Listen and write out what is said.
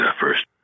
First